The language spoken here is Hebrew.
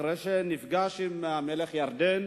ואחרי שנפגש עם מלך ירדן.